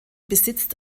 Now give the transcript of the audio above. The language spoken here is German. besitzt